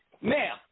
Now